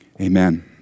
amen